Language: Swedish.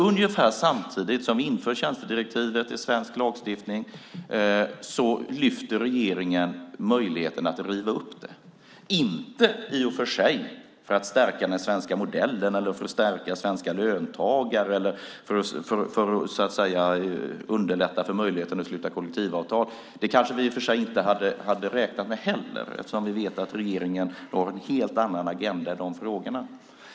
Ungefär samtidigt som tjänstedirektivet införs i svensk lagstiftning lyfter regeringen fram möjligheten att riva upp det. Det är inte i och för sig för att stärka den svenska modellen, svenska löntagare eller för att underlätta att sluta kollektivavtal. Det hade vi inte räknat med eftersom vi vet att regeringen har en helt annan agenda i de frågorna.